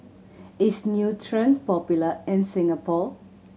is Nutren popular in Singapore